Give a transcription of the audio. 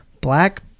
black